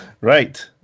Right